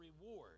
reward